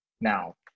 now